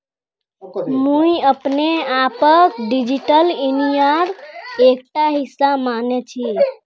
मुई अपने आपक डिजिटल इंडियार एकटा हिस्सा माने छि